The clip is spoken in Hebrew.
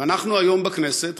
אנחנו היום בכנסת,